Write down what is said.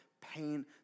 pain